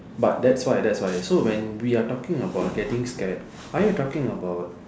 but that's why that's why so when we are talking about getting scared are you talking about